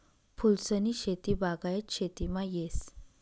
फूलसनी शेती बागायत शेतीमा येस